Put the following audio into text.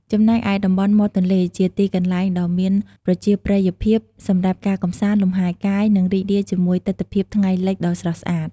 ចំណែកឯតំបន់មាត់ទន្លេ ជាទីកន្លែងដ៏មានប្រជាប្រិយភាពសម្រាប់ការកម្សាន្ត លំហែកាយ និងរីករាយជាមួយទិដ្ឋភាពថ្ងៃលិចដ៏ស្រស់ស្អាត។